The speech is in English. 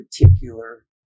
particular